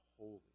holy